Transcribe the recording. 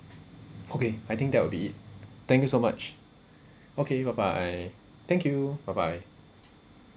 okay I think that will be it thank you so much okay bye bye thank you bye bye